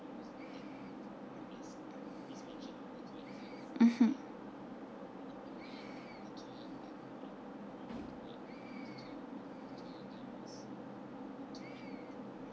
mmhmm